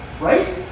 right